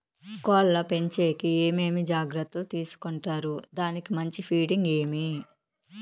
కోళ్ల పెంచేకి ఏమేమి జాగ్రత్తలు తీసుకొంటారు? దానికి మంచి ఫీడింగ్ ఏమి?